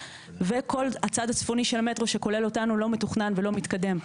וכל הצד הצפוני של המטרו שכולל אותנו לא מתוכנן ולא מתקדם.